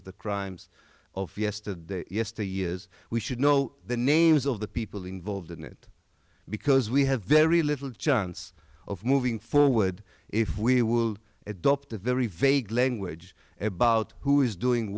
of the crimes of yesterday yesteryear's we should know the names of the people involved in it because we have very little chance of moving forward if we will adopt a very vague language about who is doing